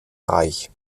reich